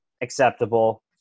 acceptable